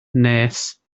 nes